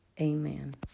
Amen